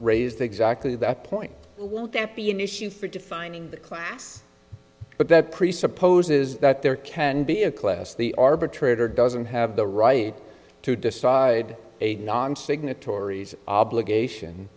raised exactly that point won't that be an issue for defining the class but that presupposes that there can be a class the arbitrator doesn't have the right to decide a non signatories obligation